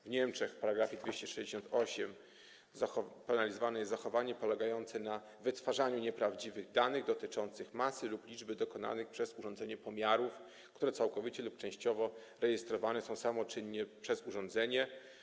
W Niemczech w myśl § 268 penalizowane jest zachowanie polegające na wytwarzaniu nieprawdziwych danych dotyczących masy lub liczby dokonanych przez urządzenie pomiarów, które całkowicie lub częściowo rejestrowane są samoczynnie przez urządzenie.